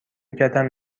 کتم